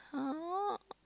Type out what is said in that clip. !huh!